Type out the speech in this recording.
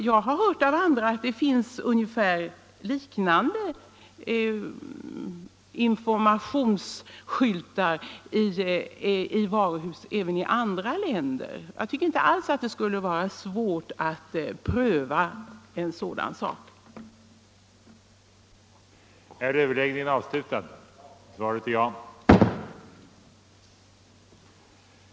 Jag har hört att det finns liknande informationsskyltar i varuhus även i andra länder. Jag tycker inte alls att det skulle vara märkvärdigt att pröva en sådan sak. känd: Fredagen den den det ej vill röstar nej. den det ej vill röstar nej.